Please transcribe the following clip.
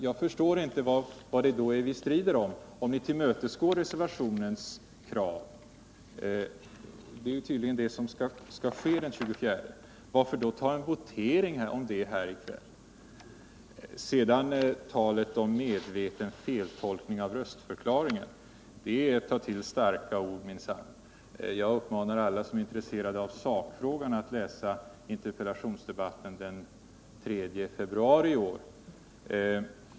Jag förstår inte vad det är vi strider om när ni ullmötesgår reservationens krav. Om detta skall sägas i talet den 24 maj, varför då ta en votering om det här i kväll? Utrikesministerns tal om en medveten feltolkning av röstförklaringen är väl att ta till starka ord. Jag uppmanar alla som är intresserade av sakfrågorna att läsa interpellationsdebatten från den 3 februari i år.